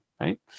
right